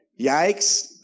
Yikes